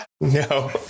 No